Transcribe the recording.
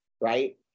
right